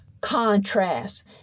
contrast